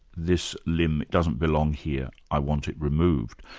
this limb doesn't belong here, i want it removed',